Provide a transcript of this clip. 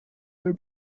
der